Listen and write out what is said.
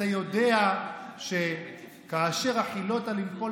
אתה יודע שכאשר "הַחִלּוֹתָ לִנְפֹּל